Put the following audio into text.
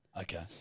Okay